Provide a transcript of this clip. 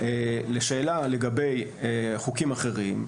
לשאלה לגבי חוקים אחרים,